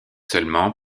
seulement